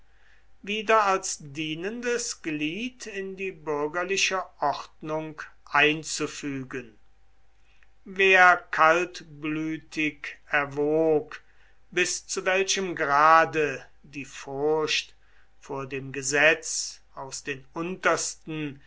wieder als dienendes glied in die bürgerliche ordnung einzufügen wer kaltblütig erwog bis zu welchem grade die furcht vor dem gesetz aus den untersten